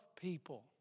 people